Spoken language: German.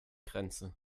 grenze